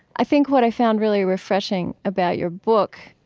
i think what i found really refreshing about your book,